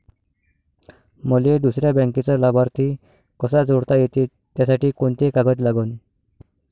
मले दुसऱ्या बँकेचा लाभार्थी कसा जोडता येते, त्यासाठी कोंते कागद लागन?